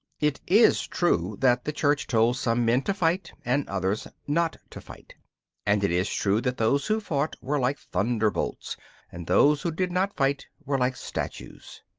it is true that the church told some men to fight and others not to fight and it is true that those who fought were like thunderbolts and those who did not fight were like statues.